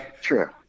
true